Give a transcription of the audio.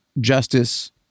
justice